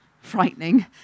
frightening